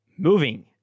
Moving